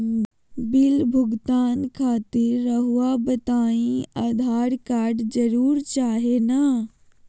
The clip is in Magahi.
बिल भुगतान खातिर रहुआ बताइं आधार कार्ड जरूर चाहे ना?